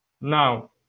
now